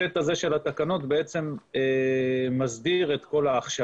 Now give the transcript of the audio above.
הסט הזה של התקנות בעצם מסדיר את כל ההכשרה,